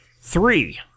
Three